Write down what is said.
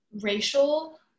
racial